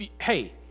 hey